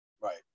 Right